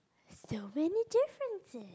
so many differences